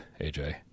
AJ